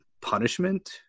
punishment